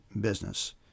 business